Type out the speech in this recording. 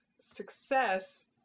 success